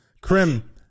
Krim